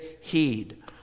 heed